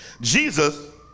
Jesus